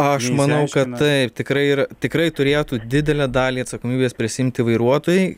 aš manau kad taip tikrai ir tikrai turėtų didelę dalį atsakomybės prisiimti vairuotojai